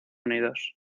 unidos